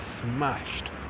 smashed